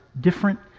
different